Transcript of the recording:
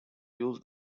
use